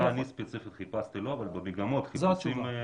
לא מה אני ספציפית חיפשתי, אבל במגמות חיפושים.